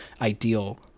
ideal